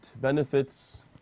benefits